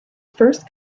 first